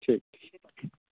ठीक